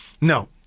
No